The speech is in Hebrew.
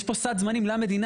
יש פה סד זמנים למדינה.